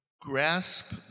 grasp